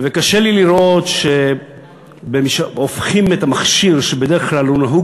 וקשה לי לראות שהופכים את המכשיר שבדרך כלל נהוג